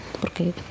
porque